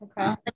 Okay